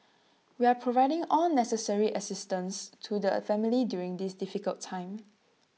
we are providing all necessary assistance to the family during this difficult time